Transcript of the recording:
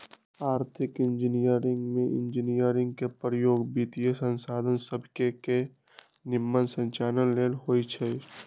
आर्थिक इंजीनियरिंग में इंजीनियरिंग के प्रयोग वित्तीयसंसाधन सभके के निम्मन संचालन लेल होइ छै